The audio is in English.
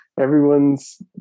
everyone's